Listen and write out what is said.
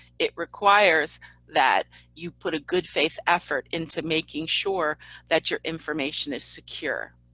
it requires that you put a good faith effort into making sure that your information is secure.